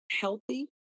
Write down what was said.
healthy